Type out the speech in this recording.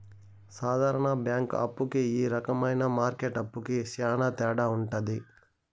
సాధారణ బ్యాంక్ అప్పు కి ఈ రకమైన మార్కెట్ అప్పుకి శ్యాన తేడా ఉంటది